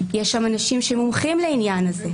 יש שם אנשים מומחים לעניין הזה,